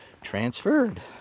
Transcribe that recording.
transferred